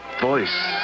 voice